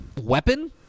weapon